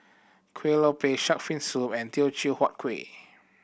Kueh Lopes Shark's Fin Soup and Teochew Huat Kuih